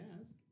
ask